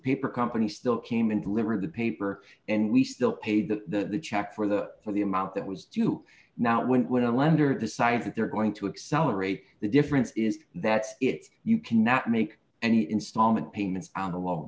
paper company still came and delivered the paper and we still paid the the check for the for the amount that was due now went with the lender decides that they're going to accelerate the difference is that if you cannot make any installment payments on the l